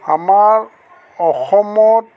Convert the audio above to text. আমাৰ অসমত